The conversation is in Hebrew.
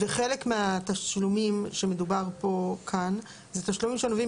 חלק מהתשלומים שמדוברים כאן הם תשלומים שנובעים